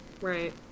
Right